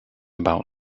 about